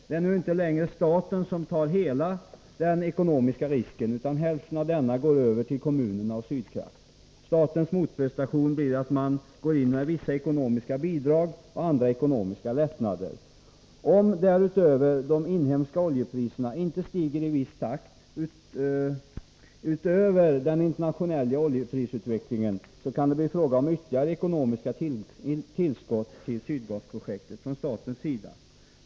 Det är nu inte längre staten som tar hela den ekonomiska risken, utan hälften av denna tas över av kommunerna och Sydkraft. Statens motprestation blir att gå in med vissa ekonomiska bidrag och andra ekonomiska lättnader. Om de inhemska oljepriserna inte stiger i en viss takt utöver den internationella oljeprisutvecklingen, kan det bli fråga om ytterligare ekonomiska tillskott till Sydgasprojektet från statens sida.